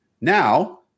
Now